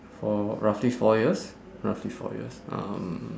for roughly four years roughly four years um